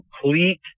complete